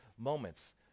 moments